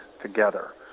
together